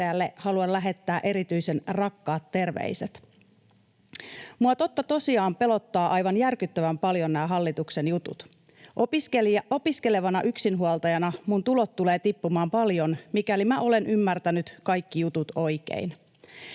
haluan lähettää erityisen rakkaat terveiset. ”Minua totta tosiaan pelottaa aivan järkyttävän paljon nämä hallituksen jutut. Opiskelevana yksinhuoltajana minun tulot tulee tippumaan paljon, mikäli olen ymmärtänyt kaikki jutut oikein.